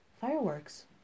fireworks